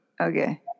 Okay